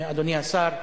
אדוני השר,